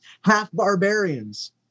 half-barbarians